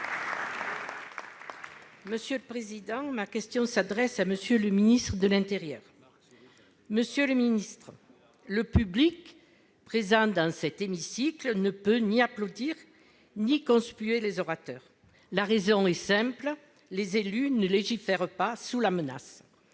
Républicains. Ma question s'adresse à M. le ministre de l'intérieur. Monsieur le ministre, le public présent dans cet hémicycle ne peut ni applaudir ni conspuer les orateurs. La raison en est simple : les élus ne légifèrent pas sous la menace